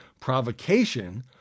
provocation